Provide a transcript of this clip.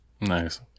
Nice